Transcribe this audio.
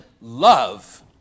love